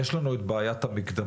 יש לנו את בעיית המקדמות.